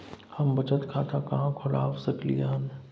हम बचत खाता कहाॅं खोलवा सकलिये हन?